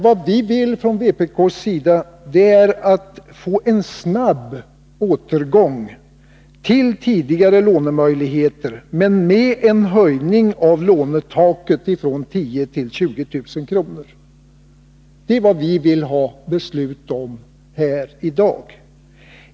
Vad vi från vpk:s sida vill är att få en snabb återgång till tidigare lånemöjligheter men med en höjning av lånetaket från 10 000 till 20 000 kr. Det är vad vi vill ha beslut om här i dag.